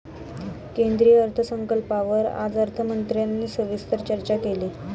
केंद्रीय अर्थसंकल्पावर आज अर्थमंत्र्यांनी सविस्तर चर्चा केली